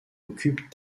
occupe